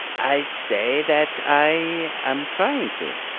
i say that i i'm trying to